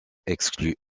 exclus